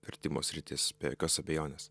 vertimo sritis be jokios abejonės